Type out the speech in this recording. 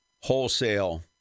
wholesale